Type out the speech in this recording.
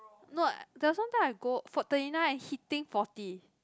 not there was one time I go for thirty nine I hitting forty